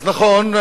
אז נכון,